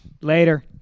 Later